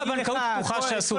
כל הבנקאות הפתוחה שעשו,